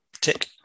tick